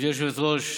גברתי היושבת-ראש,